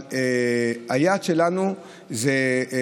אבל היעד שלנו הוא אוגוסט.